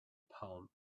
palm